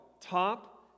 top